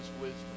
wisdom